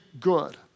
good